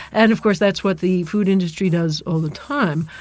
and of course that's what the food industry does all the time.